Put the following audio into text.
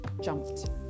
jumped